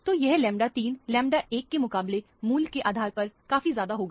तो यह lambda 3 lambda 1 के मुकाबले मूल्य के आधार पर काफी ज्यादा होगा